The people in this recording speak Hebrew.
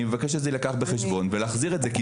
אני מבקש שזה יילקח בחשבון ולהחזיר את זה כי